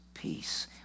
Peace